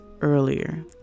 earlier